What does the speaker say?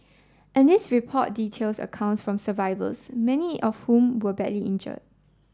and this report details accounts from survivors many of whom were badly injured